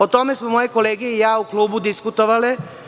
O tome smo moje kolege i ja u klubu diskutovale.